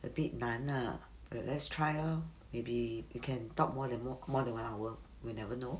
a bit 难 lah but let's try lor maybe we can talk more than mo~ more than one hour we'll never know